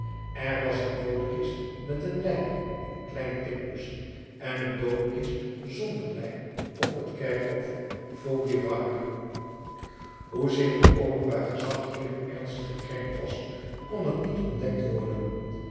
er was een doodkist met een lijk in klein picpus en een doodkist zonder lijk op het kerkhof vaugirard hoezeer het openbaar gezag hierdoor ernstig gekrenkt was kon het niet ontdekt worden